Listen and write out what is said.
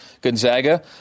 Gonzaga